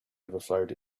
overflowed